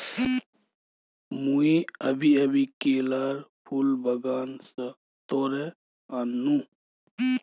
मुई अभी अभी केलार फूल बागान स तोड़े आन नु